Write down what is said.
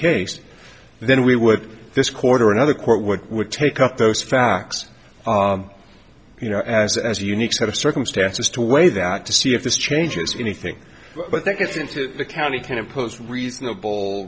case then we would this quarter another court would would take up those facts you know as a as a unique set of circumstances to weigh that to see if this changes anything but i think it's in to the county can impose reasonable